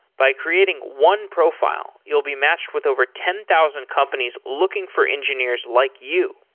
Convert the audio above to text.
by creating one profile, you'll be matched with over ten thousand companies looking for engineers like you.